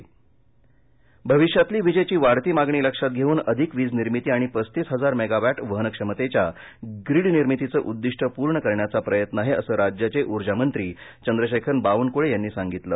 उर्जामंत्री भविष्यातली वीजेची वाढती मागणी लक्षात घेऊन अधिक वीज निर्मिती आणि पस्तीस हजार मेगावॅट वहनक्षमतेच्या ग्रीड निर्मितीचं उद्दिष्ट पूर्ण करण्याचा प्रयत्न आहे असं राज्याचे उर्जामंत्री चंद्रशेखर बावनकुळे यांनी सांगितलं